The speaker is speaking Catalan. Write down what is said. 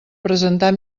presentar